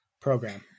program